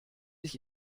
ich